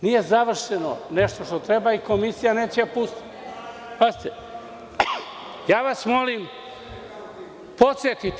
Nije završeno nešto što treba i Komisija neće da pusti.